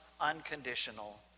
unconditional